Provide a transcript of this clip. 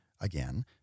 again